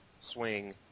Swing